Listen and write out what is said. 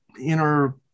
inner